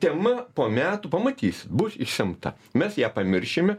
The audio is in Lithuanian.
tema po metų pamatysi bus išimta mes ją pamiršime